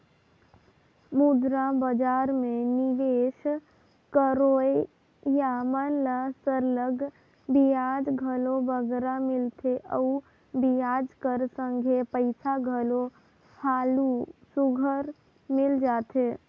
मुद्रा बजार में निवेस करोइया मन ल सरलग बियाज घलो बगरा मिलथे अउ बियाज कर संघे पइसा घलो हालु सुग्घर मिल जाथे